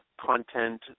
content